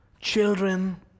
children